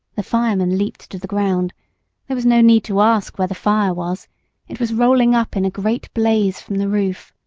the firemen leaped to the ground there was no need to ask where the fire was it was rolling up in a great blaze from the roof.